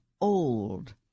old